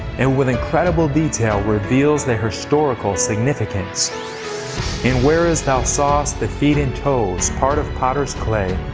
and with incredible detail, reveals their historical significance and whereas thou sawest the feet and toes, part of potters' clay,